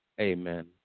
Amen